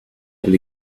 and